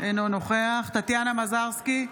אינו נוכח טטיאנה מזרסקי,